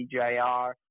DJR